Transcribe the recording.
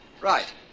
Right